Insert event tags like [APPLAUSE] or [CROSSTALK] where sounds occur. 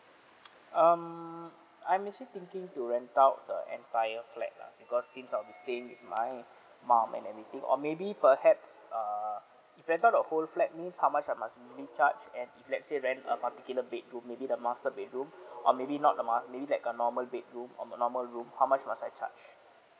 [NOISE] um I'm actually thinking to rent out the entire flat lah because since I will be staying with my mum and everything or maybe perhaps err rent out the whole flat means how much I must usually charge and if let's say rent a particular bedroom maybe the master bedroom or maybe not the ma~ maybe like a normal bedroom or normal room how much must I charge